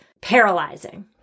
paralyzing